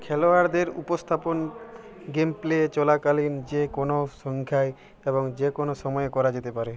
খেলোয়াড়দের উপস্থাপন গেমপ্লে চলাকালীন যে কোনও সংখ্যায় এবং যে কোনও সময়ে করা যেতে পারে